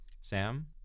Sam